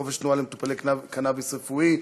חופש תנועה למטופלי קנאביס רפואי,